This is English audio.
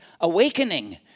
awakening